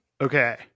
Okay